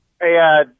Hey